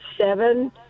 seven